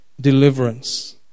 deliverance